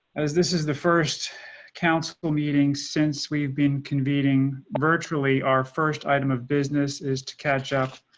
as this is the first council meeting since we've been convening virtually our first item of business is to catch up.